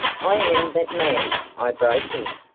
i am that man, i broke in,